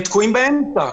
שתקועים באמצע.